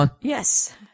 yes